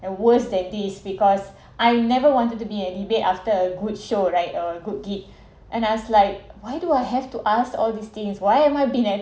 the worst that is because I never wanted to be a debate after a good show right or a good gig and I was like why do I have to ask all these things why am I been